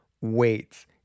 weights